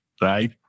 right